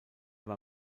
war